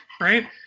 right